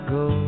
go